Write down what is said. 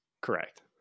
Correct